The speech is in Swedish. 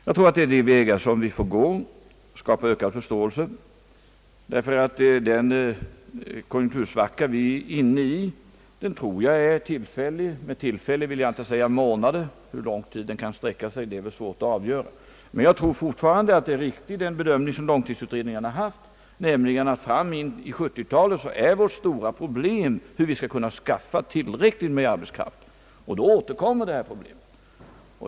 Jag tror att detta är den väg som vi får gå. Vi bör försöka skapa en ökad förståelse för dessa frågor. Jag tror nämligen att den konjunktursvacka, som vi just nu befinner oss i, är tillfällig. Med detta vill jag inte direkt säga att det gäller månader — det är svårt att avgöra hur lång tid detta kommer att ta — men jag tror fortfarande att den bedömning som långtidsutredningen gjort är riktig, d. v. s. att vårt stora problem fram till 1970-talet är bur vi skall kunna anskaffa tillräckligt med arbetskraft, och då återkommer detta problem.